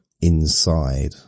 inside